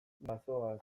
bazoaz